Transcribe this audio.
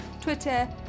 twitter